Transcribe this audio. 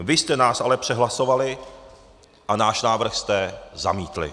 Vy jste nás ale přehlasovali a náš návrh jste zamítli!